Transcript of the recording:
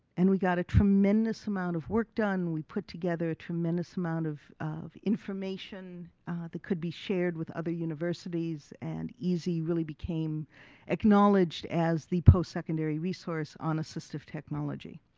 and we got a tremendous amount of work done. we put together a tremendous amount of of information that could be shared with other universities and easi really became acknowledged as the postsecondary resource on assistive technology.